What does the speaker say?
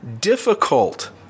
difficult